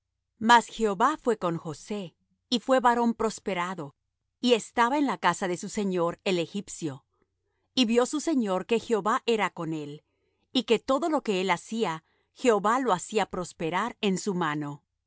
mas jehová fué con josé y fué varón prosperado y estaba en la casa de su señor el egipcio y vió su señor que jehová era con él y que todo lo que él hacía jehová lo hacía prosperar en su mano